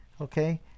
okay